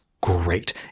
great